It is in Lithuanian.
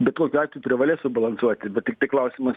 bet kokiu atveju privalės subalansuoti bet tiktai klausimas